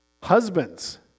Husbands